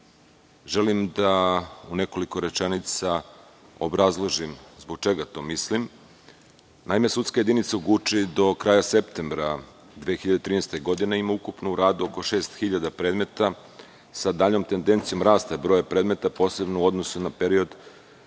da u nekoliko rečenica obrazložim zbog čega to mislim. Naime, sudska jedinica u Guči do kraja septembra 2013. godine ima ukupno u radu oko 6.000 predmeta sa daljom tendencijom rasta broja predmeta, posebno u odnosu na period